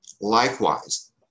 Likewise